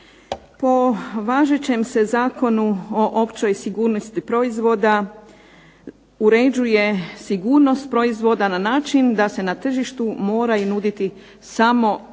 Po važećem se Zakonu o općoj sigurnosti proizvoda uređuje sigurnost proizvoda na način da se na tržištu moraju nuditi samo sigurni